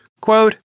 quote